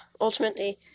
ultimately